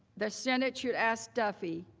the senate should ask duffey,